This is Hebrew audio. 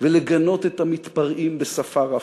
ולגנות את המתפרעים בשפה רפה.